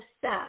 set